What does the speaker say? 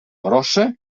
grossa